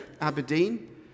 Aberdeen